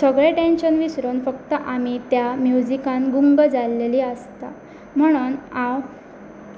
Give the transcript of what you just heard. सगळें टेंशन विसरून फक्त आमी त्या म्युजिकान गुंग जाल्लेली आसता म्हणून हांव